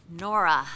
Nora